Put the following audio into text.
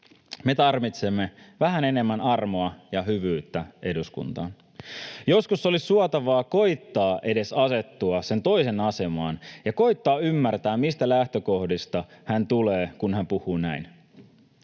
Me tarvitsemme vähän enemmän armoa ja hyvyyttä eduskuntaan. Joskus olisi suotavaa edes koettaa asettua sen toisen asemaan ja koettaa ymmärtää, mistä lähtökohdista hän tulee, kun hän puhuu näin.